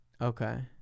Okay